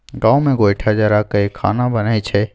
गाम मे गोयठा जरा कय खाना बनइ छै